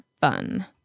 fun